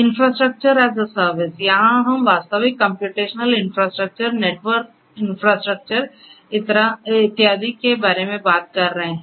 infrastructure as a service यहां हम वास्तविक कम्प्यूटेशनल इन्फ्रास्ट्रक्चर नेटवर्क इन्फ्रास्ट्रक्चर इत्यादि के बारे में बात कर रहे हैं